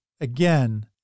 again